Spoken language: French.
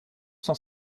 cent